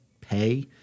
pay –